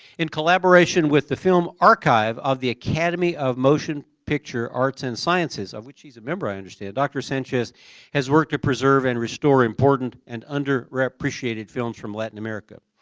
in collaboration with the film archive of the academy of motion picture arts and sciences, of which he is a member, i understand, dr. sanchez has worked to preserve and restore important and under-appreciated films from latin america.